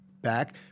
back